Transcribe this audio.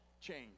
change